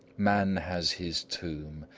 man has his tomb,